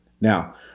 Now